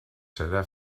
serà